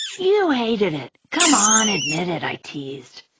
you hated it, come on, admit it, i teased.